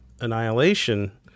annihilation